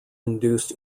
induced